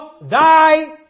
thy